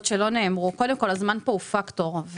פה הוא פקטור.